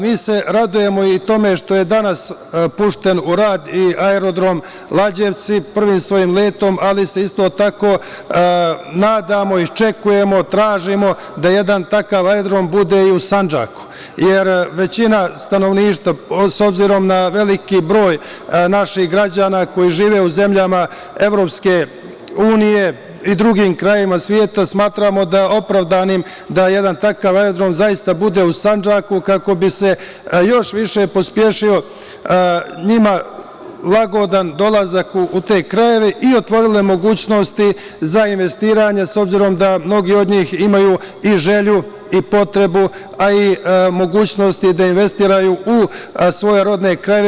Mi se radujemo i tome što je danas pušten u rad i Aerodrom „Lađevci“, prvim svojim letom, ali se isto tako nadamo i iščekujemo, tražimo da jedan takav aerodrom bude i u Sandžaku, jer većina stanovništva, s obzirom na veliki broj naših građana koji žive u zemljama EU i drugim krajevima sveta, smatra opravdanim da jedan takav aerodrom zaista bude u Sandžaku kako bi se još više pospešio njima lagodan dolazak u te krajeve i otvorile mogućnosti za investiranje, s obzirom da mnogi od njih imaju i želju i potrebu a i mogućnosti da investiraju u svoje rodne krajeve.